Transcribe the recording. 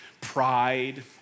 pride